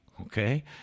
Okay